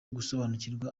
gusobanukirwa